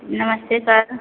नमस्ते सर